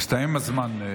הסתיים הזמן.